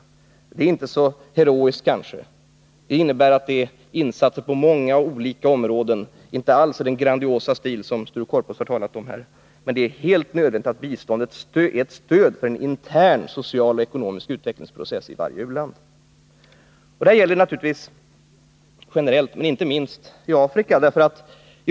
Detta är kanske inte så heroiskt — det innebär insatser på olika områden och inte alls i den grandiosa stil som Sture Korpås har talat om här — men det är helt nödvändigt att biståndet är ett stöd för en intern social och ekonomisk utvecklingsprocess i varje u-land. Det här gäller naturligtvis generellt, men inte minst i Afrika.